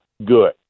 good